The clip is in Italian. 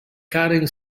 karen